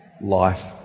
life